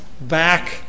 back